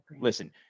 listen